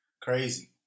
Crazy